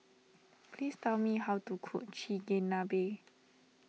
please tell me how to cook Chigenabe